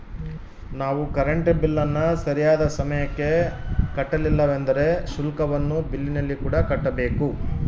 ನಾವು ಕರೆಂಟ್ ಬಿಲ್ಲನ್ನು ಸರಿಯಾದ ಸಮಯಕ್ಕೆ ಕಟ್ಟಲಿಲ್ಲವೆಂದರೆ ಶುಲ್ಕವನ್ನು ಬಿಲ್ಲಿನಕೂಡ ಕಟ್ಟಬೇಕು